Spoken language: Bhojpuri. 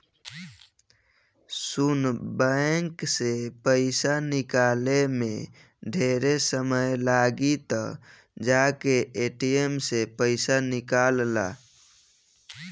सुन बैंक से पइसा निकाले में ढेरे समय लागी त जाके ए.टी.एम से पइसा निकल ला